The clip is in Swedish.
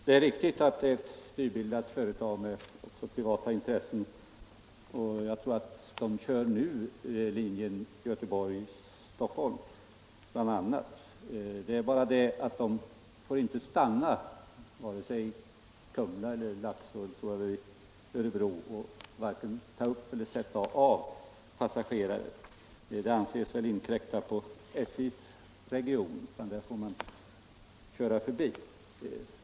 Fru talman! Det är riktigt att det är ett nybildat företag med privata intressen. Jag tror att man nu kör linjen Göteborg-Stockholm bl.a. Men man får inte stanna i vare sig Kumla, Laxå eller Örebro för att ta upp eller sätta av passagerare. Det anses väl inkräkta på SJ:s region. Man får därför köra förbi.